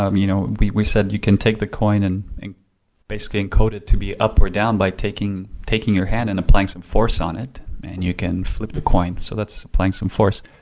um you know we we said you can take the coin and basically encode it to be up or down by taking taking your hand and applying some force on it and you can flip the coin. so that's applying some force.